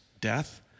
death